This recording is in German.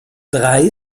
drei